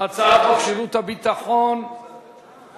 הצעת חוק שירות ביטחון (תיקון,